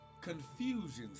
confusions